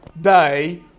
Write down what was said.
day